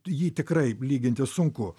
jį tikrai lyginti sunku